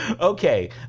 Okay